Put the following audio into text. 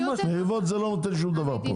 מריבות לא נותנות שום דבר פה.